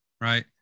right